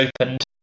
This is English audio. opened